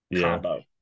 combo